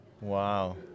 Wow